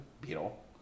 Beetle